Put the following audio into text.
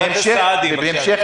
חבר הכנסת סעדי, בבקשה.